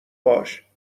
باش